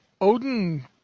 Odin